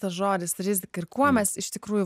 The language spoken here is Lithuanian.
tas žodis rizika ir kuo mes iš tikrųjų